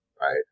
Right